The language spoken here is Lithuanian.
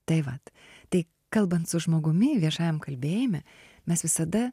tai vat tai kalbant su žmogumi viešajam kalbėjime mes visada